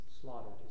slaughtered